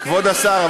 כבוד השר,